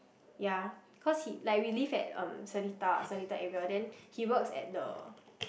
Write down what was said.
ya cause he like we live at um Seletar Seletar area then he works at the